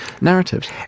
narratives